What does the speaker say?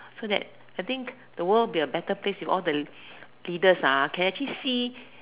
so that I think the world will be a better place if all the leaders ah can actually see